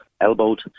elbowed